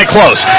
Close